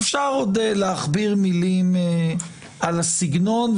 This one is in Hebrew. אפשר להכביר עוד מילים על הסגנון,